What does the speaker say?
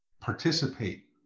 Participate